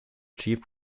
chief